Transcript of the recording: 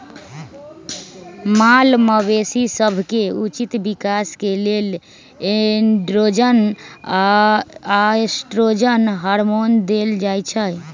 माल मवेशी सभके उचित विकास के लेल एंड्रोजन आऽ एस्ट्रोजन हार्मोन देल जाइ छइ